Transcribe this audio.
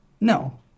No